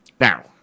Now